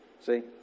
See